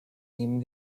nehmen